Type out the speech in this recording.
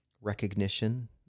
recognition